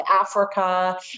Africa